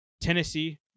Tennessee